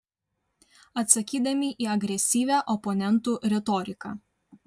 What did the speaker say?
atsakydami į agresyvią oponentų retoriką